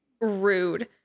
rude